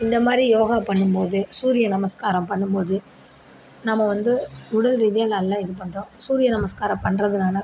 இந்தமாதிரி யோகா பண்ணும்போது சூரிய நமஸ்காரம் பண்ணும்போது நம்ம வந்து உடல்ரீதியாக நல்லா இது பண்ணுறோம் சூரிய நமஸ்காரம் பண்ணுறதுனால